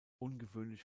ungewöhnlich